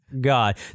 God